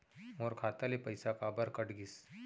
मोर खाता ले पइसा काबर कट गिस?